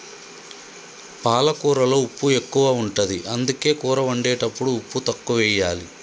పాలకూరలో ఉప్పు ఎక్కువ ఉంటది, అందుకే కూర వండేటప్పుడు ఉప్పు తక్కువెయ్యాలి